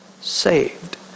saved